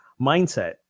mindset